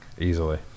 Easily